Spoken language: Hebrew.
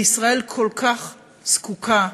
וישראל כל כך זקוקה